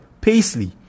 Paisley